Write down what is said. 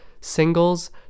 singles